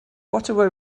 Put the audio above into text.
ottawa